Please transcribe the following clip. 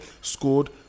Scored